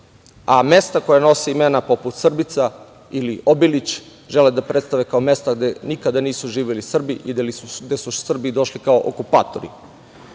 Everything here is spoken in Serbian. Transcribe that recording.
a mesta koja nose imena, poput, Srbica ili Obilić, žele da predstave kao mesta gde nikada nisu živeli Srbi i gde su Srbi došli kao okupatori.